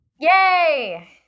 Yay